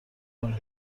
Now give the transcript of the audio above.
کنیم